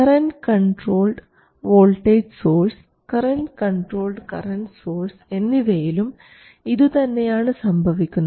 current controlled voltage source current controlled current source എന്നിവയിലും ഇതുതന്നെയാണ് സംഭവിക്കുന്നത്